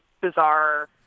bizarre